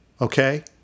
okay